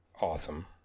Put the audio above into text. awesome